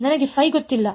ನನಗೆ ಗೊತ್ತಿಲ್ಲ